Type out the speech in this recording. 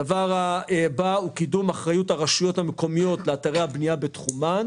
הדבר הבא הוא קידום אחריות הרשויות המקומיות לאתרי הבנייה בתחומן.